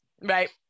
Right